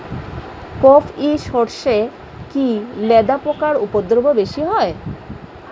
কোপ ই সরষে কি লেদা পোকার উপদ্রব বেশি হয়?